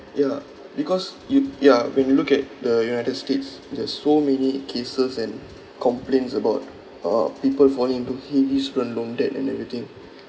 ya because you ya when you look at the united states there's so many cases and complaints about uh people falling into heavy student loan debt and everything